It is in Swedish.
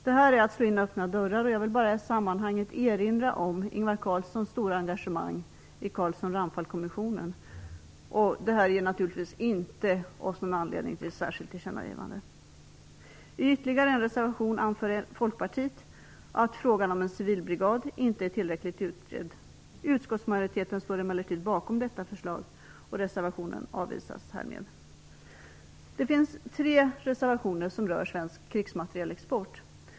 Detta är att slå in öppna dörrar. Jag vill bara i sammanhanget erinra om Ingvar Carlssons stora engagemang i Carlsson-Ranpfal-kommissionen. Detta ger oss naturligtvis inte någon anledning till ett särskilt tillkännagivande. I ytterligare en reservation anför Folkpartiet att frågan om en civilbrigad inte är tillräckligt utredd. Utskottsmajoriteten står emellertid bakom förslaget. Det finns tre reservationer som rör svensk krigsmaterielexport.